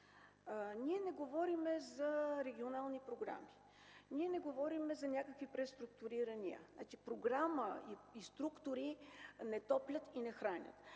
Ние не говорим за регионални програми. Ние не говорим за някакви преструктурирания. Програма и структури не топлят и не хранят.